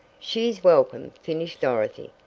she's welcome, finished dorothy,